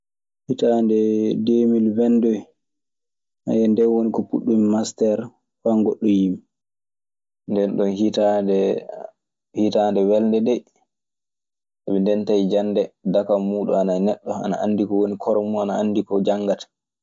Hitaande deemil wen tede, nden woni ko puɗumi masteer fa ngoɗɗoyiimi. Ndenɗon hitaande, hitaande welnde dee. Sabi nden tawi jannde dakam mun ana e neɗɗo, ana anndi ko woni koro mun, ana anndi ko janngata.